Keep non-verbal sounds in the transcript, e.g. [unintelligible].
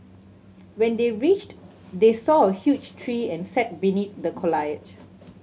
when they reached they saw a huge tree and sat beneath the [unintelligible]